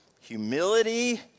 humility